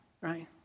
Right